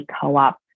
co-op